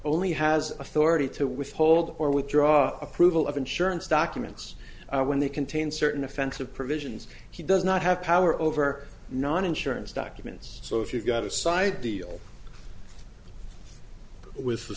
only has authority to withhold or withdraw approval of insurance documents when they contain certain offensive provisions he does not have power over non insurance documents so if you've got a side deal with